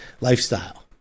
lifestyle